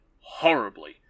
horribly